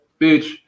bitch